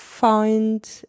Find